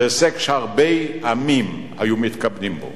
זה הישג שהרבה עמים היו מתכבדים בו.